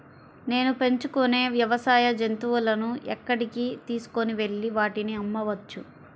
నేను పెంచుకొనే వ్యవసాయ జంతువులను ఎక్కడికి తీసుకొనివెళ్ళి వాటిని అమ్మవచ్చు?